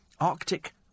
Arctic